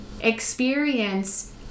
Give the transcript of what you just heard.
experience